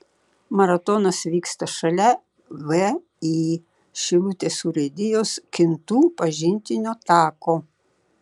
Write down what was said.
maratonas vyksta šalia vį šilutės urėdijos kintų pažintinio tako